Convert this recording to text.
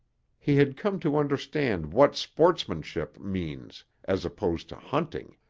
he had come to understand what sportsmanship means as opposed to hunting,